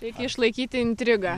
reikia išlaikyti intrigą